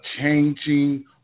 changing